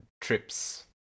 trips